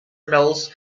mills